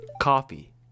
Coffee